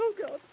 um go!